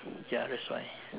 ya that's why